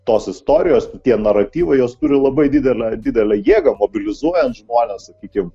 tos istorijos tie naratyvai jos turi labai didelę didelę jėgą mobilizuojant žmones sakykim